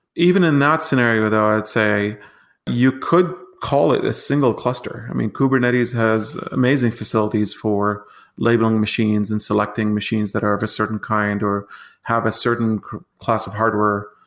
even in that scenario though, i'd say you could call it a single cluster. i mean, kubernetes has amazing facilities for labeling machines and selecting machines that are of a certain kind or have a certain class of hardware.